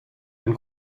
ein